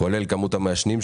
כולל כמות המעשנים,